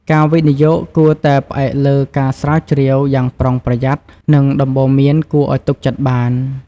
ការវិនិយោគគួរតែផ្អែកលើការស្រាវជ្រាវយ៉ាងប្រុងប្រយ័ត្ន និងដំបូន្មានគួរឱ្យទុកចិត្តបាន។